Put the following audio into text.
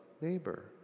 neighbor